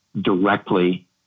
directly